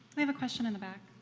we have a question in the back.